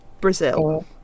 Brazil